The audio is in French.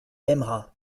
aimera